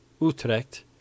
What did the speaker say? Utrecht